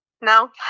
No